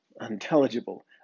unintelligible